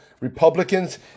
Republicans